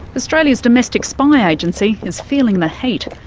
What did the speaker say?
australia's domestic spy agency is feeling the heat.